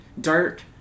dirt